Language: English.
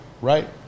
right